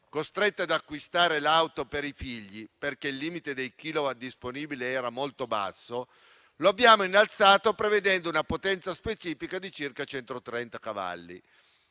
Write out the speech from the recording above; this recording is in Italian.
costrette ad acquistare un'auto per i figli perché il limite dei kilowatt disponibili era molto basso, lo abbiamo innalzato prevedendo una potenza specifica di circa 130 cavalli.